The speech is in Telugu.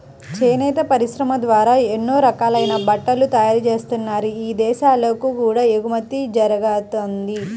చేనేత పరిశ్రమ ద్వారా ఎన్నో రకాలైన బట్టలు తయారుజేత్తన్నారు, ఇదేశాలకు కూడా ఎగుమతి జరగతంది